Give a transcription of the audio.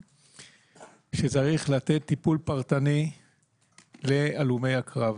שצריך לתת טיפול פרטני להלומי הקרב.